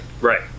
Right